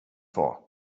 far